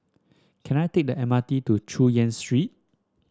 can I take the M R T to Chu Yen Street